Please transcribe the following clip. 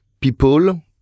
people